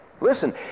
Listen